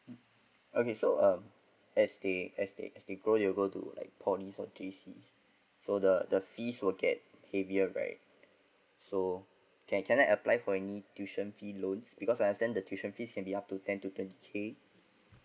okay so uh as they as they as they grow you go to like poly some cases so the the fees will get heavier right so can can I apply for any tuition fee loans because I understand that the tuition fees can be up to ten to twenty K